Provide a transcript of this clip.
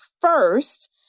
first